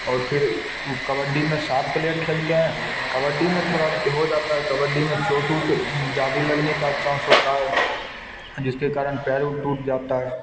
और फिर कबड्डी में सात प्लेयर खेलते हैं कबड्डी में थोड़ा हो जाता है कबड्डी में चोंट उट ज़्यादा लगने का चांस होता है जिसके कारण पैर उर टूट जाता है